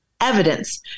Evidence